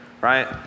Right